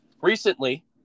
recently